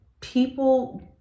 people